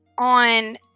on